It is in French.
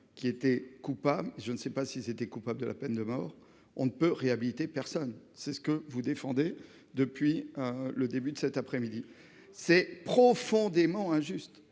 qui était coupable. Je ne sais pas si c'était Coupable de la peine de mort, on ne peut réhabiliter personne. C'est ce que vous défendez depuis. Le début de cet après-midi c'est profondément injuste